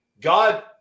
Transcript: God